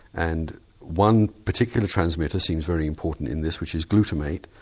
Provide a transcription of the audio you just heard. and one particular transmitter seems very important in this which is glutamate.